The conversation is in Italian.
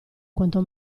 quanto